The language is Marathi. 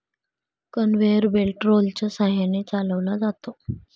कन्व्हेयर बेल्ट रोलरच्या सहाय्याने चालवला जातो